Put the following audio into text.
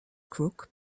crook